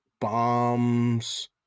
bombs